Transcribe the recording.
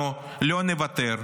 אנחנו לא נוותר.